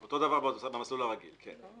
אותו דבר במסלול הרגיל, כן.